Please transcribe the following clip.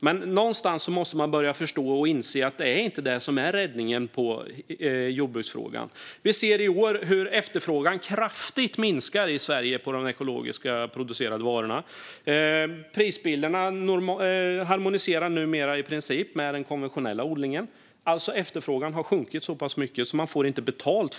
Men någonstans måste man börja inse att det inte är den som är räddningen i jordbruksfrågan. Vi ser i år hur efterfrågan på ekologiskt producerade varor minskar kraftigt i Sverige. Prisbilderna harmonierar numera i princip med den konventionella odlingens. Efterfrågan har alltså sjunkit så pass mycket att man inte får betalt.